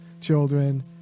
children